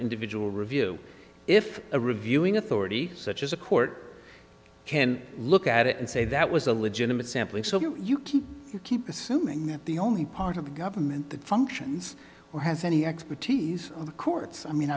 individual review if a reviewing authority such as a court can look at it and say that was a legitimate sampling so you you keep you keep assuming that the only part of the government that functions or has any expertise in the courts i mean